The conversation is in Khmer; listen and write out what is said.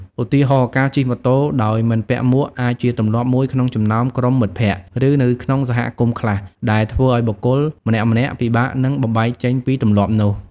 ឧទាហរណ៍ ការជិះម៉ូតូដោយមិនពាក់មួកអាចជាទម្លាប់មួយក្នុងចំណោមក្រុមមិត្តភ័ក្តិ ឬនៅក្នុងសហគមន៍ខ្លះ ដែលធ្វើឱ្យបុគ្គលម្នាក់ៗពិបាកនឹងបំបែកចេញពីទម្លាប់នោះ។